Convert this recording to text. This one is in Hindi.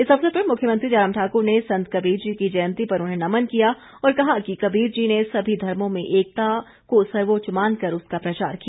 इस अवसर पर मुख्यमंत्री जयराम ठाकुर ने संत कबीर जी की जयंती पर उन्हें नमन किया और कहा कि कबीर जी ने सभी धर्मो में एकता को सर्वोच्च मानकर उसका प्रचार किया